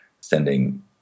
sending